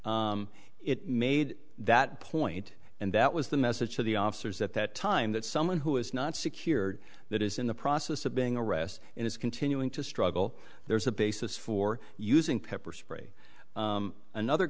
struggling it made that point and that was the message to the officers at that time that someone who is not secured that is in the process of being arrested and is continuing to struggle there is a basis for using pepper spray another